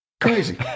Crazy